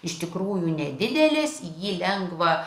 iš tikrųjų nedidelis jį lengva